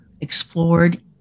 explored